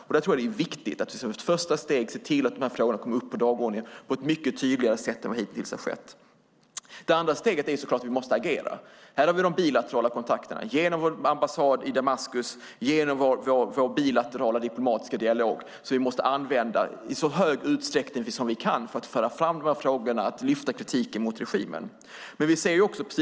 Jag tror att det är viktigt att vi som ett första steg ser till att dessa frågor kommer upp på dagordningen mycket tydligare än hittills. Ett andra steg är naturligtvis att vi måste agera. Då har vi de bilaterala kontakterna genom vår ambassad i Damaskus. Vi måste använda vår bilaterala diplomatiska dialog i så stor utsträckning som möjligt för att föra fram de här frågorna och lyfta kritiken mot regimen.